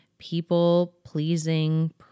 people-pleasing